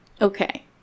Okay